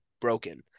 broken